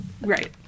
right